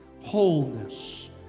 wholeness